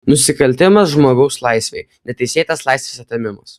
nusikaltimas žmogaus laisvei neteisėtas laisvės atėmimas